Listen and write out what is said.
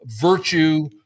virtue